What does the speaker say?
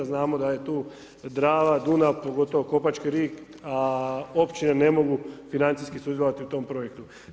Znamo da je tu Drava, Dunav, pogotovo Kopački rit, a općine ne mogu financijski sudjelovati u tome projektu.